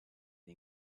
the